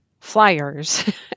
flyers